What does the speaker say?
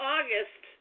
August